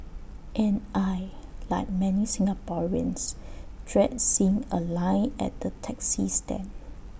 and I Like many Singaporeans dread seeing A line at the taxi stand